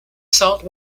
salt